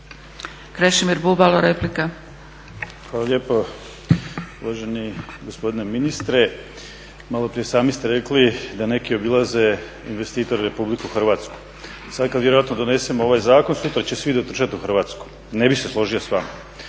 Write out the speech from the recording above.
Krešimir (HDSSB)** Hvala lijepo. Uvaženi gospodine ministre maloprije i sami ste rekli da neki obilaze investitori RH. Sad kad vjerojatno donesemo ovaj zakon sutra će svi dotrčati u Hrvatsku. Ne bih se složio s vama.